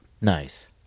Nice